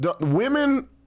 Women